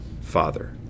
Father